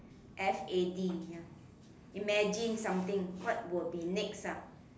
f a d ya imagine something what will be next ah